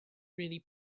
really